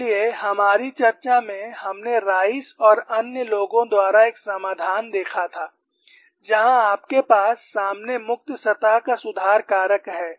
लेकिन हमारी चर्चा में हमने राइस और अन्य लोगों द्वारा एक समाधान देखा था जहां आपके पास सामने मुक्त सतह का सुधार कारक है